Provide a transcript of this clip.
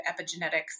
epigenetics